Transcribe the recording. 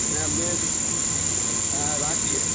হ্যাঁ বেশ হ্যাঁ রাখছি